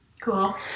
cool